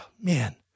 man